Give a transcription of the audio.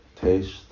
taste